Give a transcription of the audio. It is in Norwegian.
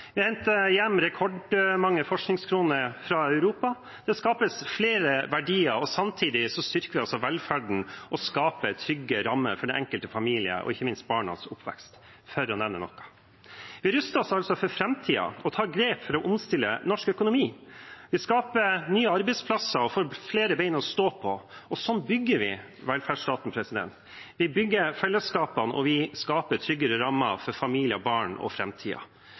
Vi henter hjem rekordmange forskningskroner fra Europa, det skapes flere verdier, og samtidig styrker vi altså velferden og skaper trygge rammer for den enkelte familie og ikke minst for barnas oppvekst, for å nevne noe. Vi ruster oss altså for framtiden og tar grep for å omstille norsk økonomi. Vi skaper nye arbeidsplasser og får flere ben å stå på, og sånn bygger vi velferdsstaten. Vi bygger fellesskapene, og vi skaper tryggere rammer for familier, barn og